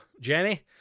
Jenny